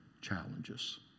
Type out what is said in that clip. challenges